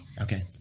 Okay